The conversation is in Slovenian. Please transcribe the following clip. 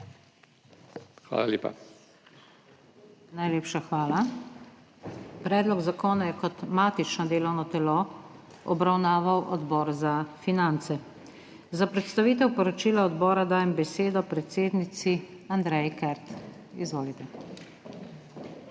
SUKIČ:** Najlepša hvala. Predlog zakona je kot matično delovno telo obravnaval Odbor za finance. Za predstavitev poročila odbora dajem besedo predsednici Andreji Kert. Izvolite.